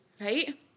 right